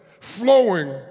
flowing